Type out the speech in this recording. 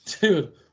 Dude